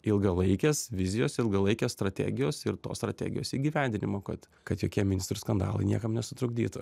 ilgalaikės vizijos ilgalaikės strategijos ir tos strategijos įgyvendinimo kad kad jokie ministrų skandalai niekam nesutrukdytų